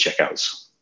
checkouts